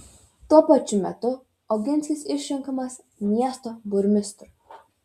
tuo pačiu metu oginskis išrenkamas miesto burmistru